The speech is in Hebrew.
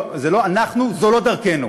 אנחנו, זו לא דרכנו.